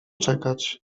czekać